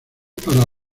para